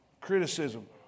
Criticism